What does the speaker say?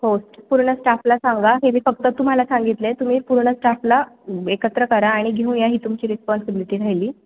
हो स पूर्ण स्टाफला सांगा हे मी फक्त तुम्हाला सांगितले तुम्ही पूर्ण स्टाफला एकत्र करा आणि घेऊन या ही तुमची रिस्पॉन्सिबिलिटी राहिली